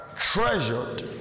Treasured